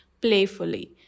playfully